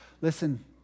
Listen